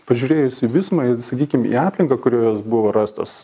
pažiūrėjus į visumą ir sakykim į aplinką kurioje jos buvo rastos